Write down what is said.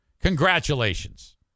Congratulations